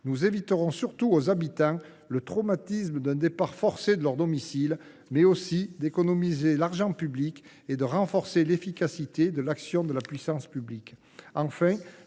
Nous éviterons surtout aux habitants le traumatisme d’un départ forcé de leur domicile, tout en économisant l’argent public et en renforçant l’efficacité de l’action de la puissance publique.